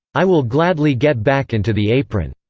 i will gladly get back into the apron.